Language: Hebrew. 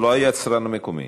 זה לא היצרן המקומי.